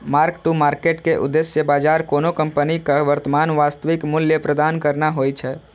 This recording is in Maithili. मार्क टू मार्केट के उद्देश्य बाजार कोनो कंपनीक वर्तमान वास्तविक मूल्य प्रदान करना होइ छै